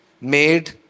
made